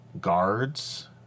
guards